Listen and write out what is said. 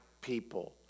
people